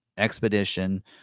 Expedition